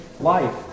life